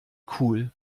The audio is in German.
cool